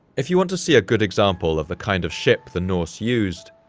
if you want to see a good example of the kind of ship the norse used,